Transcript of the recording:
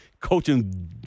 coaching